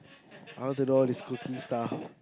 I want to know all his cooking stuff